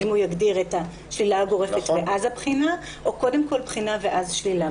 האם הוא יגדיר את השלילה הגורפת ואז הבחינה או קודם כל בחינה ואז שלילה.